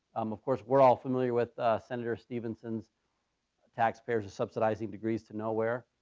um of course we're all familiar with senator stephenson's taxpayers are subsidizing degrees to nowhere.